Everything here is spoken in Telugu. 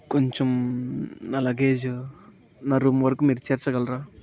కొంచం నా లగేజ్ నా రూమ్ వరకు మీరు చేర్చగలరా